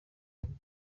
serena